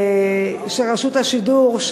של רשות השידור,